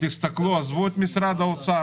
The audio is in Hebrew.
תסתכלו עזבו את משרד האוצר,